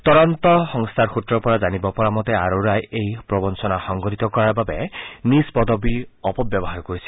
তদন্ত সংস্থাৰ সূত্ৰৰ পৰা জানিব পৰা মতে আৰোৰাই এই প্ৰবঞ্ণনা সংঘটিত কৰাৰ বাবে নিজ পদবীৰ অপব্যৱহাৰ কৰিছিল